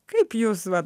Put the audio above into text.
kaip jūs va